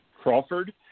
Crawford